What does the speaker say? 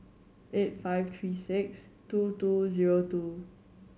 eight five three six two two zero two